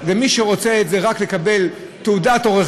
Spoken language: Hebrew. למי שרוצה את זה רק כדי לקבל תעודת עורך